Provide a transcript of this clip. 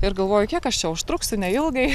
ir galvoju kiek aš čia užtruksiu neilgai